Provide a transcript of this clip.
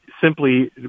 simply